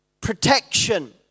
protection